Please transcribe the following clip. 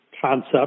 concept